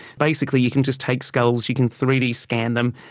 basically you can just take skulls, you can three d scan them,